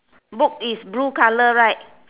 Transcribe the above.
book is blue colour right